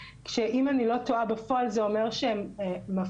שאם אני לא טועה בפועל זה אומר שהם מפסידים